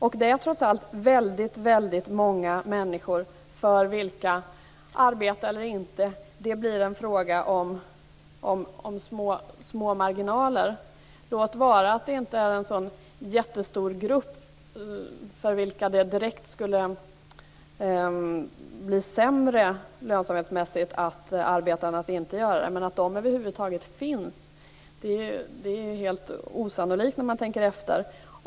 Det finns trots allt många människor för vilka arbete eller inte blir en fråga om små marginaler. Låt vara att det inte är en jättestor grupp människor för vilka det direkt skulle bli sämre lönsamhetsmässigt att arbeta än att inte göra det. Men att de över huvud taget finns är helt osannolikt när man tänker efter.